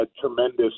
tremendous